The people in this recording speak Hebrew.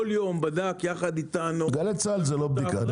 כל יום בדק יחד איתנו --- גלי צה"ל זה לא בדיקה.